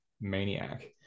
maniac